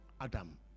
adam